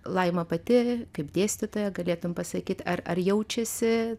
laima pati kaip dėstytoja galėtum pasakyt ar ar jaučiasi